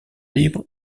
libre